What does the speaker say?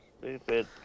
stupid